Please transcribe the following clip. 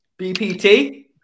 BPT